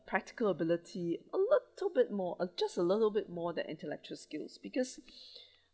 practical ability a little bit more ah just a little bit more than intellectual skills because